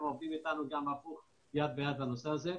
הם עובדים איתנו גם הפוך יד ביד בנושא הזה.